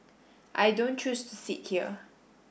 I don't choose to sit here